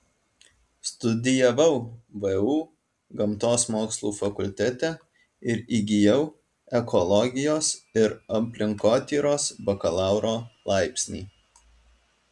studijavau vu gamtos mokslų fakultete ir įgijau ekologijos ir aplinkotyros bakalauro laipsnį